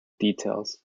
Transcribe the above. details